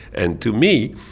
and to me,